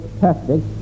perfect